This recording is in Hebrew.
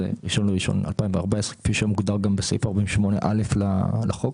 ה-1 בינואר 2014 כפי שמוגדר גם בסעיף 48(א) לחוק